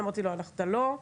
אמרתי לו: אתה לא.